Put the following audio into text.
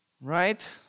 right